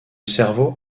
cerveau